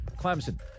Clemson